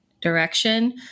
direction